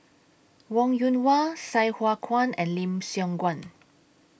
Wong Yoon Wah Sai Hua Kuan and Lim Siong Guan